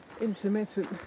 intermittent